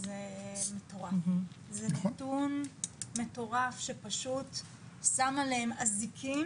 זה נתון מטורף שפשוט שם עליהם אזיקים